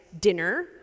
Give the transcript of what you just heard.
dinner